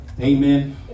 Amen